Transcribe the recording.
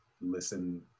listen